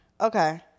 Okay